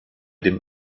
dem